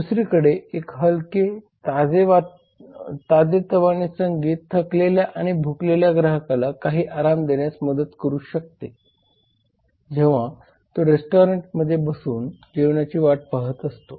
दुसरीकडे एक हलके ताजेतवाने संगीत थकलेल्या आणि भुकेलेल्या ग्राहकाला काही आराम देण्यास मदत करू शकते जेव्हा तो रेस्टॉरंटमध्ये बसून जेवणाची वाट पाहत असतो